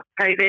COVID